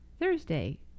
Thursday